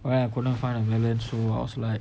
where I couldn't find a balance so I was like